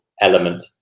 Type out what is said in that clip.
element